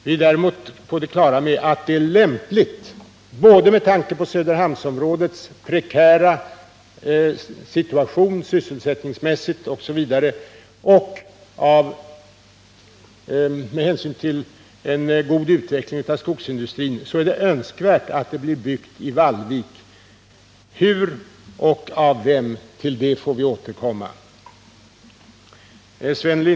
Vi är däremot på det klara med att det, med tanke på både Söderhamnsområdets prekära situation sysselsättningsmässigt osv. och med hänsyn till utsikterna till en god utveckling av skogsindustrin, är både lämpligt och önskvärt att det blir byggt i Vallvik, men hur och av vem är en fråga som vi får återkomma till.